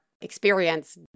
experience